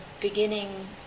beginning